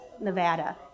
Nevada